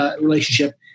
relationship